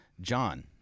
John